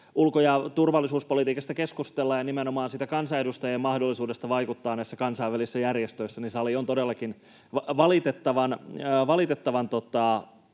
ulko- ja turvallisuuspolitiikasta keskustellaan ja nimenomaan kansanedustajien mahdollisuudesta vaikuttaa näissä kansainvälisissä järjestöissä, niin sali on todellakin valitettavan